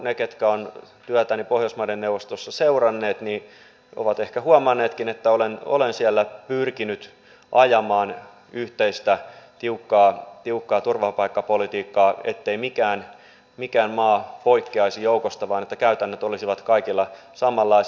ne jotka ovat työtäni pohjoismaiden neuvostossa seuranneet ovat ehkä huomanneetkin että olen siellä pyrkinyt ajamaan yhteistä tiukkaa turvapaikkapolitiikkaa ettei mikään maa poikkeaisi joukosta vaan että käytännöt olisivat kaikilla samanlaiset